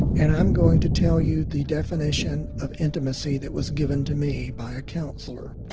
and i'm going to tell you the definition of intimacy that was given to me by a counselor.